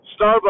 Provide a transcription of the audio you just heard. Starbucks